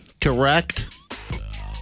correct